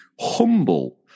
humble